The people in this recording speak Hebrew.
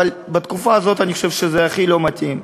אבל בתקופה הזאת אני חושב שזה הכי לא מתאים.